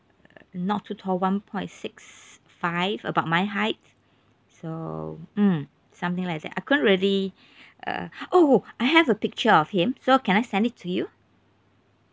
uh not too tall one point six five about my height so mm something like that I couldn't really uh oh I have a picture of him so can I send it to you